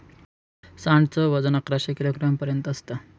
सांड च वजन अकराशे किलोग्राम पर्यंत असत